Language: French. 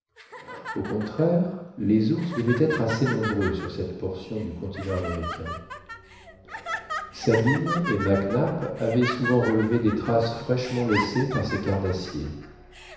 au contraire les ours devaient être assez nombreux sur cette portion du continent américain sabine et mac nap avaient souvent relevé des traces fraîchement laissées par ces carnassiers